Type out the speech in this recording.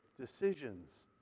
decisions